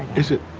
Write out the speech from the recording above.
is it